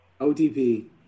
OTP